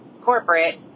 corporate